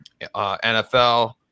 NFL